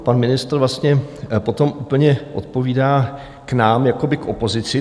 Pan ministr vlastně potom úplně odpovídá k nám, jakoby k opozici.